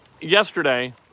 Yesterday